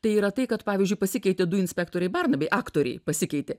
tai yra tai kad pavyzdžiui pasikeitė du inspektoriai bernabiai aktoriai pasikeitė